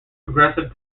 progressive